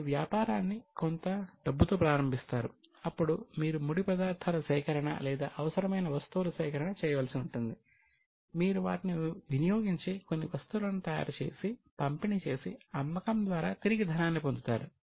మీరు వ్యాపారాన్ని కొంత డబ్బుతో ప్రారంభిస్తారు అప్పుడు మీరు ముడి పదార్థాల సేకరణ లేదా అవసరమైన వస్తువుల సేకరణ చేయవలసి ఉంటుంది మీరు వాటిని వినియోగించి కొన్ని వస్తువులను తయారు చేసి పంపిణీ చేసి అమ్మకం ద్వారా తిరిగి ధనాన్ని పొందుతారు